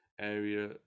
area